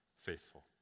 faithful